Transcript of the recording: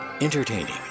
Entertaining